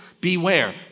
Beware